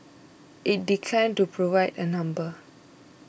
it declined to provide a number